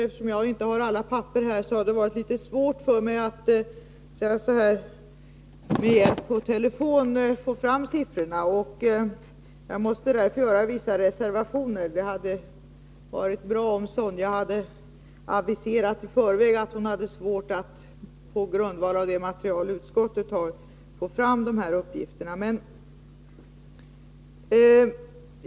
Eftersom jag inte hade alla erforderliga papper här, har det varit litet svårt för mig att per telefon få fram siffrorna. Jag måste därför göra vissa reservationer. Det hade varit bra om Sonja Rembo i förväg hade aviserat att hon hade svårt att på grundval av utskottets material få fram dessa uppgifter.